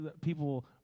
People